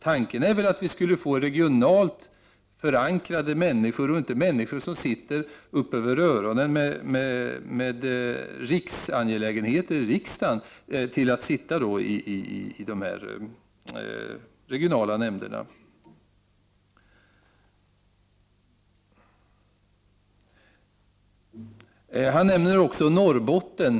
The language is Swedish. Tanken är väl att vi skall få regionalt förankrade människor i de regionala nämnderna och inte personer som sitter upp över öronen med riksangelägenheter i riksdagen. Magnus Persson nämnde också Norrbotten.